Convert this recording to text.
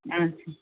ஆ சரி